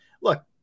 look